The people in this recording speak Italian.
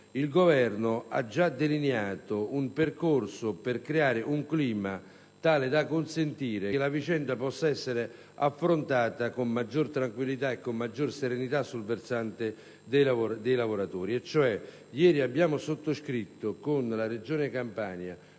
il Governo ha già delineato un percorso per creare un clima tale da consentire che la vicenda possa essere affrontata con maggiore tranquillità e serenità da parte dei lavoratori. Ieri abbiamo sottoscritto con la Regione Campania